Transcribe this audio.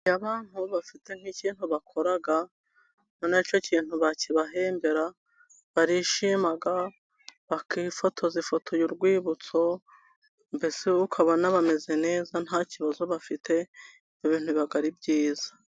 Iyo abantu bafite nk'ikintu bakora icyo kintu bakibahembera barishima, bakifotoza ifoto y'urwibutso mbese ukabona bameze neza nta kibazo bafite ibintu biba ari byiza.